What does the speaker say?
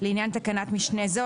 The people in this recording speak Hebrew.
לעניין תקנת משנה זו,